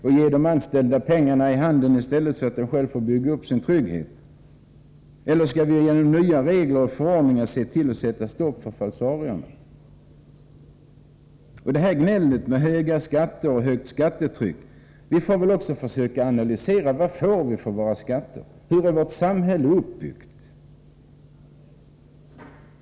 Skall de anställda få pengar direkt i handen och således inte behöva vara med om att skapa trygghet? Eller skall vi genom nya regler och förordningar sätta stopp för olika falsarier? Sedan över till gnället om de höga skatterna. Vi måste försöka göra en analys och ta reda på vad vi får för våra skattepengar, hur vårt samhälle är uppbyggt.